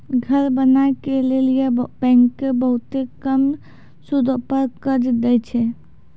घर बनाय के लेली बैंकें बहुते कम सूदो पर कर्जा दै छै